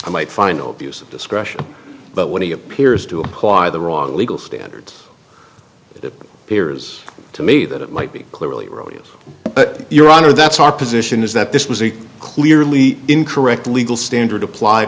i might find no abuse of discretion but when he appears to apply the wrong legal standards it appears to me that it might be clearly erroneous but your honor that's our position is that this was a clearly incorrect legal standard applied